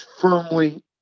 firmly